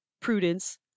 prudence